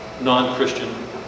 non-Christian